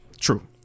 True